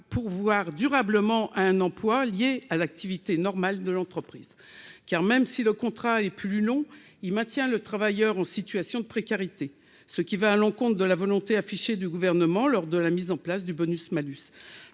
pourvoir durablement à un emploi lié à l'activité normale de l'entreprise. En effet, même si le contrat est d'une durée plus longue, il maintient le travailleur dans une situation de précarité, ce qui va à l'encontre de la volonté affichée du Gouvernement lors de la mise en place du bonus-malus.